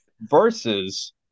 versus